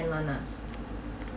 spend [one] lah